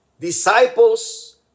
disciples